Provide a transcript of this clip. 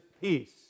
peace